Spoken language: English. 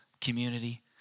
community